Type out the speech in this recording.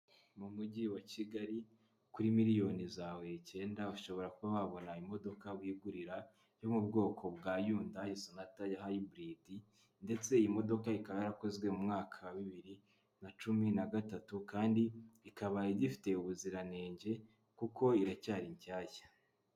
Mu mujyi wa Kigali kuri miliyoni zawe icyenda ushobora kuba wabona imodoka wigurira yo mu bwoko bwa Hyundai Sonata Hybrid ndetse iyi modoka ikaba yarakozwe mu mwaka wa bibiri na cumi na gatatu kandi ikaba igifite ubuziranenge kuko iracyari nshyashya.